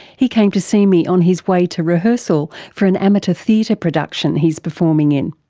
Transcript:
he came to see me on his way to rehearsal for an amateur theatre production he's performing in.